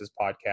podcast